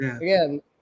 again